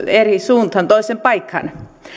eri suuntaan toiseen paikkaan